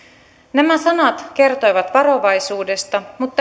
nämä sanat kertoivat varovaisuudesta mutta